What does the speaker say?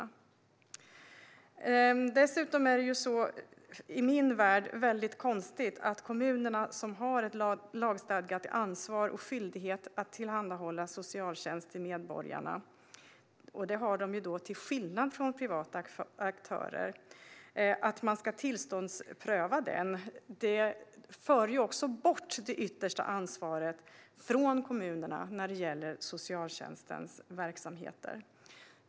I min värld är det dessutom konstigt att införa tillståndsprövning för kommunerna som har ett lagstadgat ansvar och skyldighet att tillhandahålla socialtjänst till medborgarna, och denna skyldighet har man ju till skillnad från privata aktörer. Det yttersta ansvaret för socialtjänstens verksamheter förs i så fall bort från kommunernas ansvar.